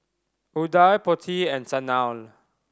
Udai Potti and Sanal